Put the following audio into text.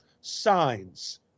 signs